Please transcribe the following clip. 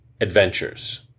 adventures